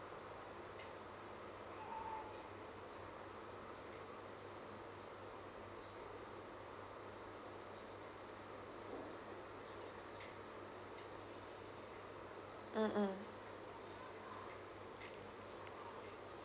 mm mm